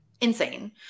insane